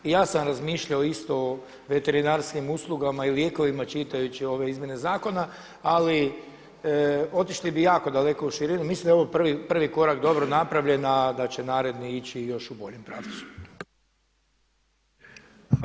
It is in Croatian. Ja sam razmišljao isto o veterinarskim uslugama i lijekovima čitajući ove izmjene zakona ali otišli bi jako daleko u širinu, mislim da je ovo prvi korak dobro napravljen a da će naredni ići još u boljem pravcu.